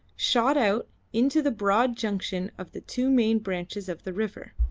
shot out into the broad junction of the two main branches of the river,